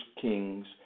Kings